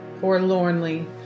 forlornly